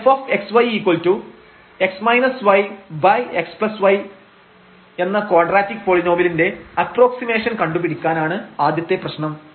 fxyx yxy എന്ന quadratic പോളിനോമിയലിന്റെ approximation കണ്ടുപിടിക്കാനാണ് ആദ്യത്തെ പ്രശ്നം